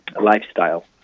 lifestyle